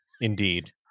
Indeed